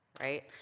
right